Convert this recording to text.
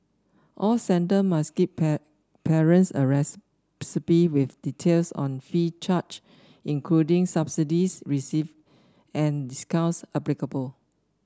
all centres must give parents a receipt with details on fees charge including subsidies receive and discounts applicable